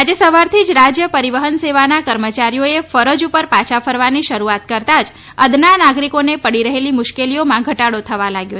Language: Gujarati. આજે સવારથી જ રાજ્ય પરિવહન સેવાના કર્મચારીઓએ ફરજ ઉપર પાછા ફરવાની શરૂઆત કરતાં જ અદના નાગરિકોને પડી રહેલી મુશ્કેલીઓમાં ઘટાડો થવા લાગ્યો છે